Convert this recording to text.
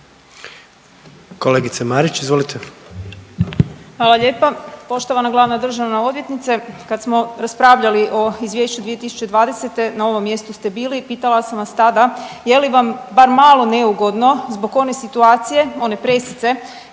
**Marić, Andreja (SDP)** Hvala lijepa. Poštovana glavna državna odvjetnice kad smo raspravljali o Izvješću 2020. na ovom mjestu ste bili i pitala sam vas tada je li vam bar malo neugodno zbog one situacije, one presice